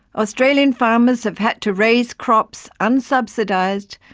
australian farmers have had to raise crops, unsubsidized,